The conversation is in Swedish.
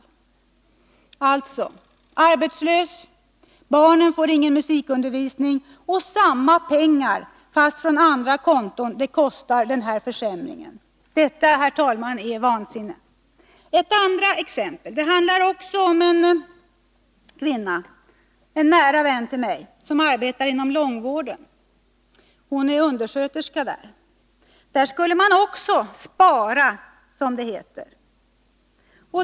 Resultatet blev alltså bara en försämring: hon blev arbetslös, barnen blev av med sin musikundervisning, men samma pengar måste betalas ut fast från andra konton. Detta är vansinne. Ett andra exempel. Det handlar om en nära vän till mig, också en kvinna, som arbetar inom långvården; hon är undersköterska. Där skall man också spara, som det heter.